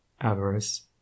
avarice